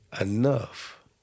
enough